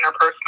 interpersonal